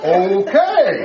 okay